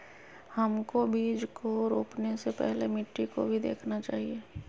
हमको बीज को रोपने से पहले मिट्टी को भी देखना चाहिए?